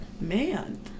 man